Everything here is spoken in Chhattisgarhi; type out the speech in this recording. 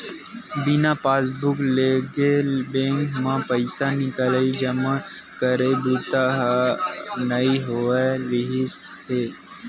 बिना पासबूक लेगे बेंक म पइसा निकलई, जमा करई बूता ह नइ होवत रिहिस हे